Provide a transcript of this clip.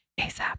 ASAP